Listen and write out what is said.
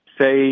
say